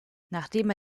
nachdem